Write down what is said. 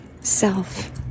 self